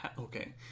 okay